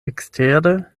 ekstere